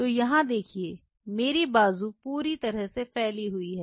तो यहां देखिए मेरी बाजू पूरी तरह से फैली हुई है